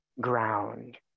ground